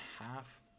half